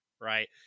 Right